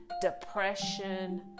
depression